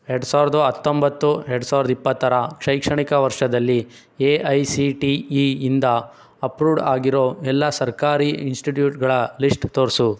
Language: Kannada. ಎರಡು ಸಾವಿರದ ಹತ್ತೊಂಬತ್ತು ಎರಡು ಸಾವಿರದ ಇಪ್ಪತ್ತರ ಶೈಕ್ಷಣಿಕ ವರ್ಷದಲ್ಲಿ A I C T E ಇಂದ ಅಪ್ರೂವ್ಡ್ ಆಗಿರೋ ಎಲ್ಲ ಸರ್ಕಾರಿ ಇನ್ಸ್ಟಿಟ್ಯೂಟ್ಗಳ ಲಿಸ್ಟ್ ತೋರಿಸು